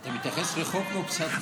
אתה מתייחס לחוק כמו לפסק דין?